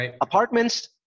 Apartments